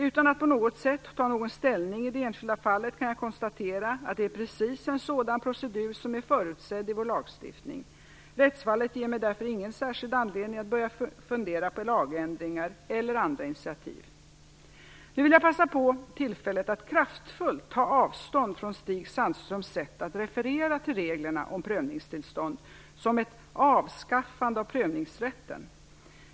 Utan att på något sätt ta någon ställning i det enskilda fallet kan jag konstatera att det är precis en sådan procedur som är förutsedd i vår lagstiftning. Rättsfallet ger mig därför ingen särskild anledning att börja fundera på lagändringar eller andra initiativ. Jag vill passa på tillfället att kraftfullt ta avstånd från Stig Sandströms sätt att referera till reglerna om prövningstillstånd som ett "avskaffande av prövningsrätten".